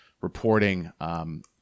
reporting